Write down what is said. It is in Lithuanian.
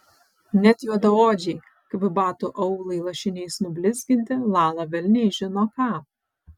net juodaodžiai kaip batų aulai lašiniais nublizginti lala velniai žino ką